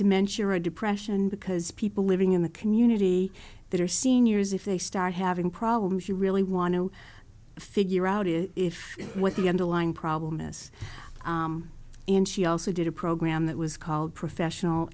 dementia or depression because people living in the community that are seniors if they start having problems you really want to figure out is if what the underlying problem is and she also did a program that was called professional